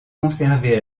conservée